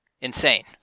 Insane